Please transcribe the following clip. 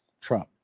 trump